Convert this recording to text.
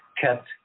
kept